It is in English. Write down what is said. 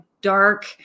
dark